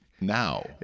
now